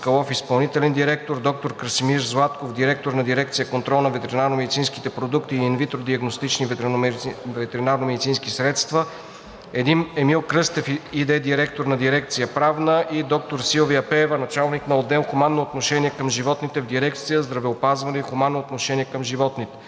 доктор Силвия Пеева – началник на отдел „Хуманно отношение към животните“ в дирекция „Здравеопазване и хуманно отношение към животните“.